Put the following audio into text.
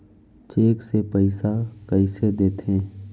Cheque से पइसा कइसे देथे?